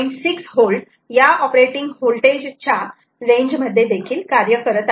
6V या operating voltage च्या range मध्ये कार्य करत आहे